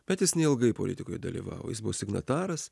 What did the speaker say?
bet jis neilgai politikoj dalyvavo jis buvo signataras